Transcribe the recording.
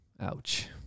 Ouch